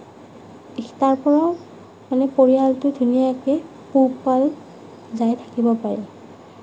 তাকো মানে পৰিয়ালটো ধুনীয়াকে পোহপাল যাই থাকিব পাৰে